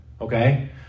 okay